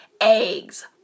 eggs